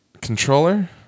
controller